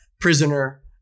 prisoner